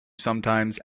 sometimes